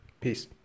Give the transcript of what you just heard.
peace